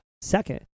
second